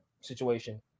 situation